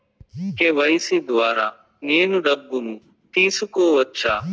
KYC ద్వారా నేను డబ్బును తీసుకోవచ్చా?